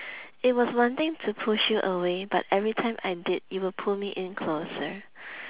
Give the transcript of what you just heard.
it was wanting to push you away but every time I did you will pull me in closer